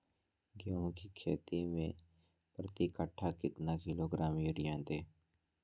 गेंहू की खेती में प्रति कट्ठा कितना किलोग्राम युरिया दे?